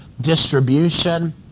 distribution